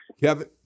Kevin